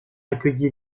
accueilli